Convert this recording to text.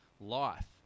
life